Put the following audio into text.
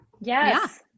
Yes